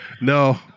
no